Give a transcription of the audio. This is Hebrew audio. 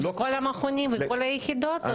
זה לכל המכונים ולכל היחידות?